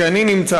כי אני נמצא,